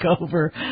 over